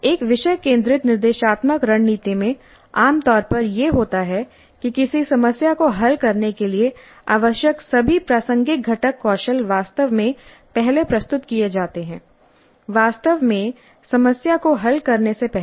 एक विषय केंद्रित निर्देशात्मक रणनीति में आमतौर पर यह होता है कि किसी समस्या को हल करने के लिए आवश्यक सभी प्रासंगिक घटक कौशल वास्तव में पहले प्रस्तुत किए जाते हैं वास्तव में समस्या को हल करने से पहले